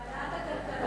ועדת הכלכלה.